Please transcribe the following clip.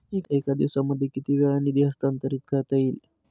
एका दिवसामध्ये किती वेळा निधी हस्तांतरीत करता येईल?